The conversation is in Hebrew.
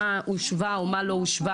מה הושווה או מה לא הושווה.